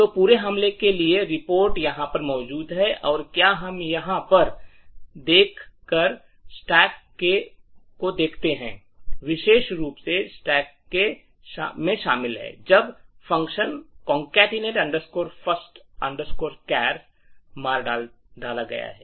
तो पूरे हमले के लिए रिपोर्ट यहां पर मौजूद है और क्या हम यहां पर देख स्टैक के होते हैं विशेष रूप से स्टैक के शामिल है जब function concatenate first chars मार डाला गया है